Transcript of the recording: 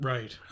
Right